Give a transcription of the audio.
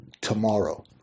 tomorrow